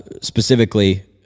specifically